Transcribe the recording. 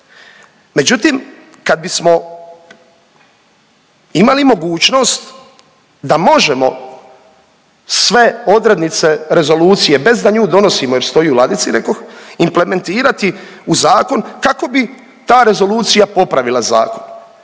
Međutim, kad bismo imali mogućnost da možemo sve odrednice rezolucije bez da nju donosimo jer stoji u ladici, rekoh, implementirati u zakon kako bi ta rezolucija popravila zakon.